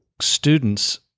students